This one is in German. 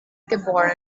geboren